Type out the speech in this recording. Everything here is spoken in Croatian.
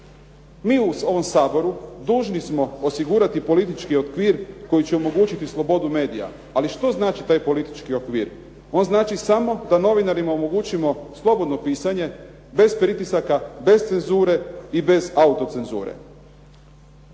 Mi u ovom Saboru dužni smo osigurati politički okvir koji će omogućiti slobodu medija. Ali što znači taj politički okvir. On znači samo da novinarima omogućimo slobodno pisanje bez pritisaka, bez cenzure i bez autocenzure.